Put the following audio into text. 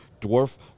dwarf